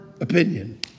opinion